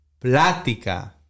plática